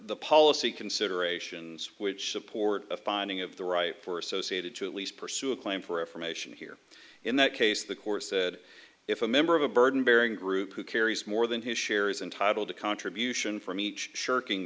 the policy considerations which support a finding of the right for associated to at least pursue a claim for affirmation here in that case the court said if a member of a burden bearing group who carries more than his share is entitled to contribution from each shirking